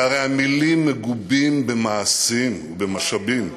והרי המילים מגובות במעשים ובמשאבים.